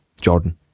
Jordan